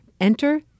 Enter